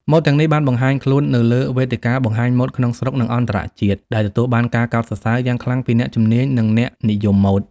ម៉ូដទាំងនេះបានបង្ហាញខ្លួននៅលើវេទិកាបង្ហាញម៉ូដក្នុងស្រុក និងអន្តរជាតិ ដែលទទួលបានការកោតសរសើរយ៉ាងខ្លាំងពីអ្នកជំនាញ និងអ្នកនិយមម៉ូដ។